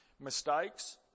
mistakes